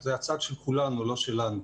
זה הצד של כולנו, לא שלנו.